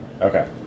Okay